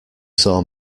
saw